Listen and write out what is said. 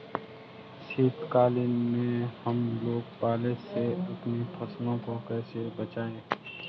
शीतकालीन में हम लोग पाले से अपनी फसलों को कैसे बचाएं?